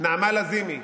נעמה לזימי,